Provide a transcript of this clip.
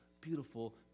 beautiful